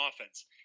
offense